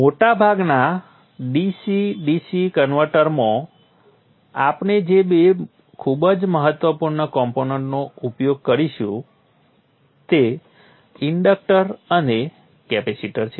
મોટા ભાગના DC DC કન્વર્ટરમાં આપણે જે બે ખૂબ જ મહત્વપૂર્ણ કોમ્પોનન્ટ્સનો ઉપયોગ કરીશું તે ઇન્ડક્ટર અને કેપેસિટર છે